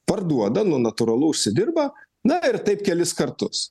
parduoda nu natūralų užsidirba na ir taip kelis kartus